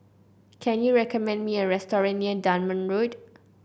can you recommend me a restaurant near Dunman Road